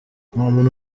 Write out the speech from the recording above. muntu